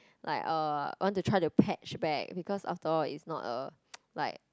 like uh want to try to patch back because after all it's not a like